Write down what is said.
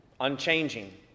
unchanging